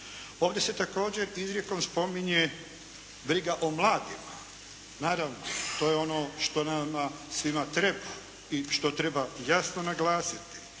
Ovdje se također izrijekom spominje briga o mladima. Naravno to je ono što nama svima treba i što treba jasno naglasiti.